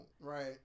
right